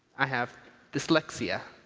i have dyslexia.